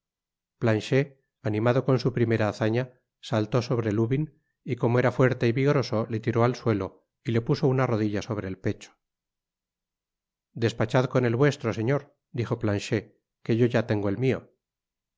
planched animado con su primera hazaña saltó sobre lubin y como era fuerte y vigoroso le tiró al suelo y le puso una rodilla sobre el pecho despachad con el vuestro señor dijo planched que yo ya tengo el mio